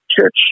church